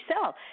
sell